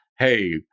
Hey